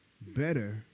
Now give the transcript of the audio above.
better –